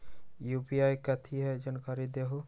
UPI कथी है? जानकारी दहु